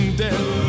death